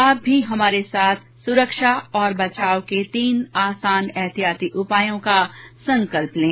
आप भी हमारे साथ सुरक्षा और बचाव के तीन आसान एहतियाती उपायों का संकल्प लें